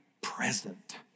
present